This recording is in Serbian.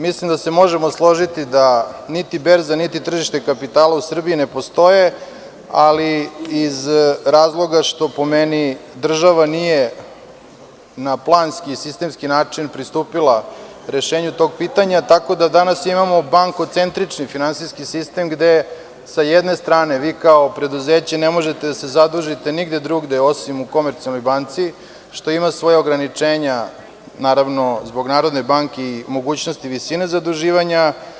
Mislim da se možemo složiti da niti berza, niti tržište kapitala u Srbiji ne postoje, ali iz razloga što, po meni, država nije na planski i sistemski način pristupila rešenju tog pitanja, tako da danas imamo bankocentrični finansijski sistem, gde sa jedne strane vi kao preduzeće ne možete da se zadužite nigde drugde osim u Komercijalnoj banci, što ima svoja ograničenja zbog Narodne banke i mogućnosti visine zaduživanja.